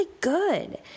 good